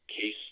case